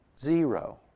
Zero